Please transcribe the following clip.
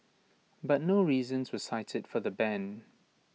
but no reasons were cited for the ban